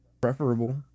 preferable